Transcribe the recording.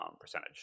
percentage